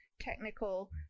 technical